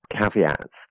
caveats